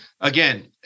again